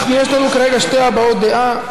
יש לנו כרגע שתי הבעות דעה.